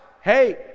hey